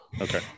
Okay